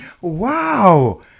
Wow